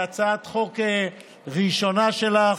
הצעת חוק ראשונה שלך.